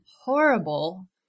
horrible